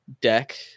deck